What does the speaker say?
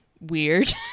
weird